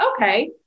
okay